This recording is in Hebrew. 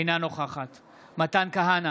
אינה נוכחת מתן כהנא,